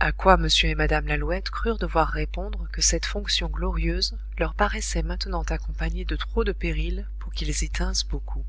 a quoi m et mme lalouette crurent devoir répondre que cette fonction glorieuse leur paraissait maintenant accompagnée de trop de périls pour qu'ils y tinssent beaucoup